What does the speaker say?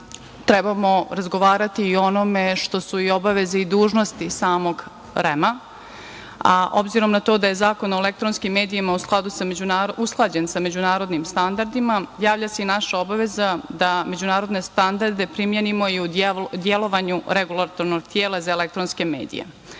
trebamo razgovarati i o onome što su i obaveze i dužnosti samog REM-a, a obzirom na to da je Zakon o elektronskim medijima usklađen sa međunarodnim standardima, javlja se i naša obaveza da međunarodne standarde primenimo i u delovanju REM-a. Ukoliko je navedeno da